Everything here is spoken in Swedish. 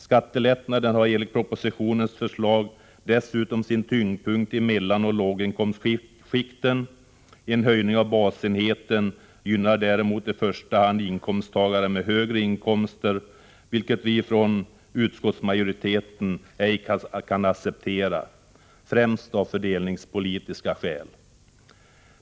Skattelättnaden har enligt propositionens förslag dessutom sin tyngdpunkt i mellanoch låginkomstskikten. En höjning av basenheten gynnar däremot i första hand inkomsttagare med högre inkomster, vilket vi från utskottsmajoriteten ej kan acceptera, främst av fördelningspolitiska skäl.